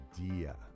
idea